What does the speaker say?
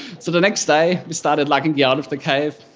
so the next day we started lugging gear out of the cave.